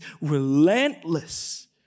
relentless